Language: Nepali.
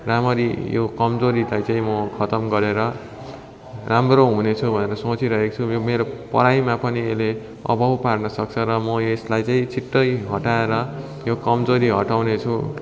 राम्ररी यो कमजोरीलाई चाहिँ म खत्तम गरेर राम्रो हुनेछु भनेर सोचिरहेको छु यो मेरो पढाइमा पनि यसले अभाव पर्न सक्छ र म यसलाई चाहिँ छिट्टै हटाएर यो कमजोरी हटाउनेछु